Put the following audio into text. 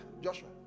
Joshua